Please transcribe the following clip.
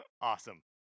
Awesome